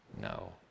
no